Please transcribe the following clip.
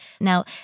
Now